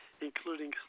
including